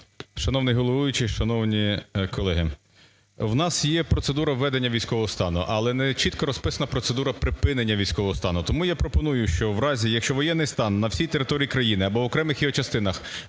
Шановний головуючий, шановні колеги! У нас є процедура введення військового стану, але нечітко розписана процедура припинення військового стану. Тому я пропоную, що, у разі, якщо воєнний стан на всій території країни або окремих її частинах